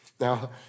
Now